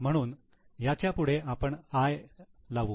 म्हणून याच्या पुढे आपण 'I' लावू